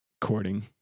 courting